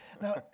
Now